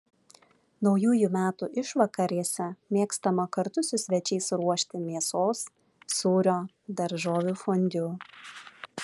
naujųjų metų išvakarėse mėgstama kartu su svečiais ruošti mėsos sūrio daržovių fondiu